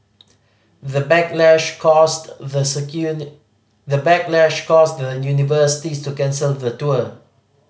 the backlash caused the the the backlash caused the universities to cancel the tour